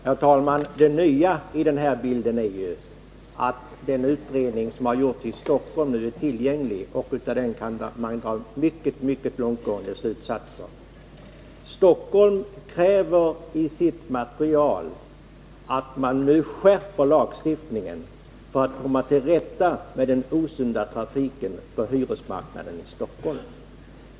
Herr talman! Det nya i bilden är ju att den utredning som gjorts i Stockholm nu är tillgänglig, och av den kan man dra mycket mycket långtgående slutsatser. Kommunen kräver att man nu skärper lagstiftningen för att komma till rätta med den osunda trafiken på hyresmarknaden i Stockholm.